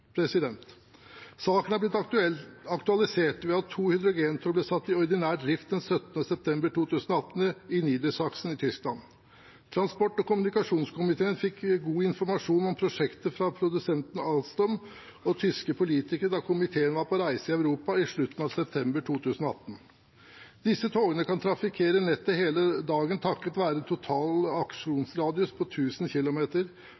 jernbanestrekninger. Saken er blitt aktualisert ved at to hydrogentog ble satt i ordinær drift den 17. september 2018 i Niedersachsen i Tyskland. Transport- og kommunikasjonskomiteen fikk god informasjon om prosjektet fra produsenten Alstom og tyske politikere da komiteen var på reise i Europa i slutten av september 2018. Disse togene kan trafikkere nettet hele dagen takket være total aksjonsradius på 1 000 km,